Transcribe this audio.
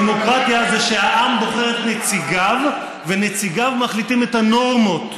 דמוקרטיה זה שהעם בוחר את נציגיו ונציגיו מחליטים מה הנורמות.